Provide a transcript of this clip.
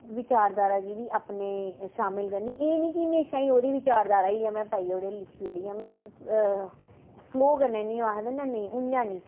विचारधारा गी बी अपने शामिल करनी एह् निं कि म्हेशा ई ओह्दी विचारधारा गी गै में पाई ओड़ी लिखी ओड़ी में फ्लो कन्नै निं आखदे ना नेईं इ'यां निं